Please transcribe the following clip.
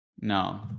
No